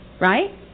right